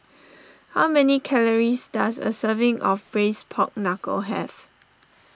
how many calories does a serving of Braised Pork Knuckle have